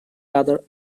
other